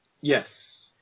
Yes